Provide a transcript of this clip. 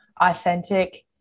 authentic